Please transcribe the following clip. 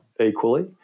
equally